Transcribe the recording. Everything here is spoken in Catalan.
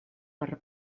per